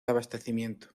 abastecimiento